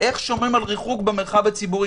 איך שומרים על ריחוק במרחב הציבורי.